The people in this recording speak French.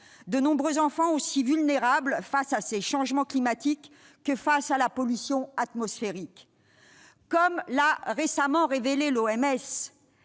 de nombreux enfants, aussi vulnérables face à ces changements climatiques que face à la pollution atmosphérique. Comme l'a récemment révélé l'OMS,